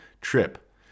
trip